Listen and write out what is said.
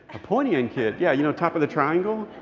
a pointy-end kid? yeah, you know, top of the triangle?